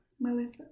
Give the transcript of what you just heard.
Melissa